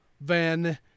Van